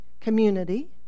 community